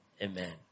Amen